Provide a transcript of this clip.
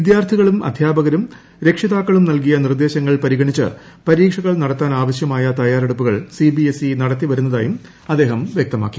വിദ്യാർഥികളും അധ്യാപകരും രക്ഷിതാക്കളും നൽകിയ നിർദ്ദേശങ്ങൾ പരിഗണിച്ച് പരീക്ഷകൾ നടത്താനാവശ്യമായ തയ്യാറെടുപ്പുകൾ സിബിഎസ്ഇ നടത്തിവരുന്നതായും അദ്ദേഹം വൃക്തമാക്കി